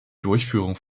durchführung